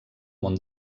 món